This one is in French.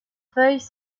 feuilles